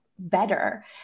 better